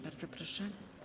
Bardzo proszę.